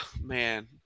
man